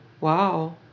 wow